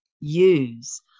use